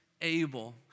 able